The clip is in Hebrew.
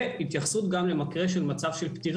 כמו כן התייחסות גם למקרה של פטירה.